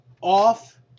off